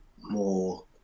more